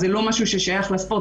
זה לא משהו ששייך לספורט,